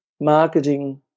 marketing